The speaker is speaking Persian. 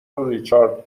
ریچارد